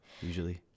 usually